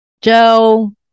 Joe